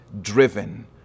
driven